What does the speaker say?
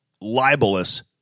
libelous